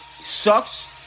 sucks